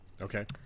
Okay